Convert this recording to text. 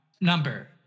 number